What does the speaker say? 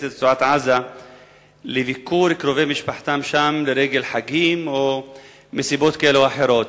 לרצועת-עזה לביקור קרובי משפחתם שם לרגל חגים או מסיבות כאלה ואחרות.